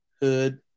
Hood